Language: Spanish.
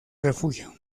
refugio